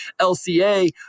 LCA